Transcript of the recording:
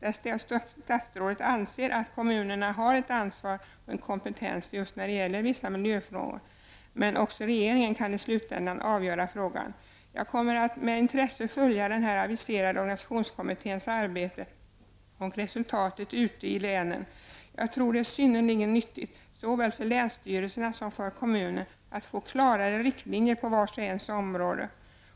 Statsrådet anser alltså att kommunerna har ett ansvar och en kompetens just när det gäller vissa miljöfrågor, men att regeringen i slutändan kan avgöra frågan. Jag kommer att med intresse följa den aviserade organisationskommittens arbete och resultatet ute i länen. Jag tror att det är synnerligen nyttigt såväl för länsstyrelserna som för kommunerna att få klarare riktlinjer beträffande vars och ens område.